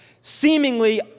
seemingly